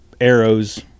arrows